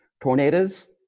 tornadoes